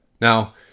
Now